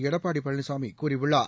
எடப்பாடி பழனிசாமி கூறியுள்ளார்